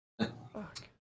Fuck